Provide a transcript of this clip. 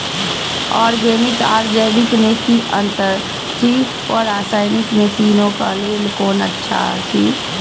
Organic आर जैविक में कि अंतर अछि व रसायनिक में तीनो क लेल कोन अच्छा अछि?